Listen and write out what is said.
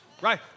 Right